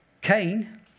Cain